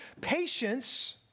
patience